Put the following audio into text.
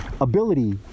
ability